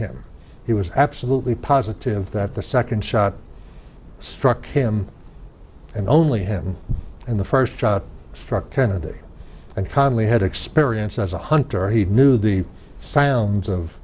him he was absolutely positive that the second shot struck him and only him and the first shot struck kennedy and connally had experience as a hunter he knew the sounds of